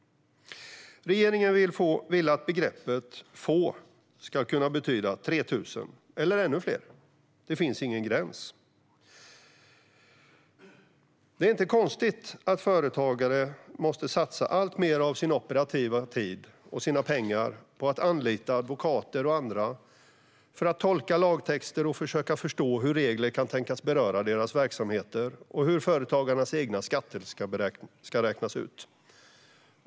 Regeringen vill att "få" ska kunna betyda 3 000 eller ännu fler. Det finns ingen gräns. Det är inte konstigt att företagare måste satsa alltmer av sin operativa tid och sina pengar på att anlita advokater och andra för att tolka lagtexter och försöka förstå hur regler kan tänkas beröra deras verksamheter liksom hur företagarnas egna skatter ska räknas ut.